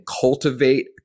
cultivate